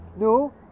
No